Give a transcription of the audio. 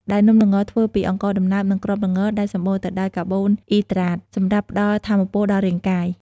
ដែលនំល្ងធ្វើពី អង្ករដំណើប និង គ្រាប់ល្ង ដែលសម្បូរទៅដោយ កាបូនអ៊ីដ្រាត សម្រាប់ផ្ដល់ថាមពលដល់រាងកាយ។